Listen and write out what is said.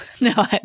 No